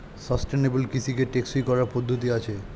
sustainable কৃষিকে টেকসই করার পদ্ধতি আছে